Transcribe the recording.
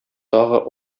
тагы